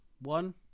one